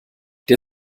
der